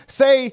say